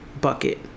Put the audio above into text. bucket